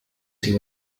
she